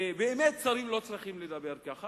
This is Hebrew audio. ובאמת שרים לא צריכים לדבר כך.